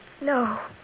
No